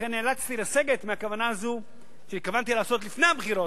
לכן נאלצתי לסגת מהכוונה הזאת שהתכוונתי לה לפני הבחירות,